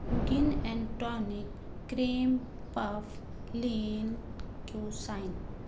جن and tonic cream puff lane queue sign